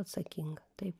atsakinga taip